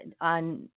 on